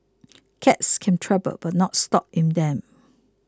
cabs can travel but not stop in them